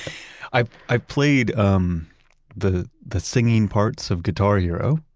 i've i've played um the the singing parts of guitar hero.